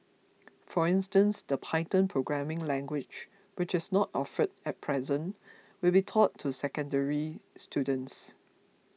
for instance the Python programming language which is not offered at present will be taught to secondary students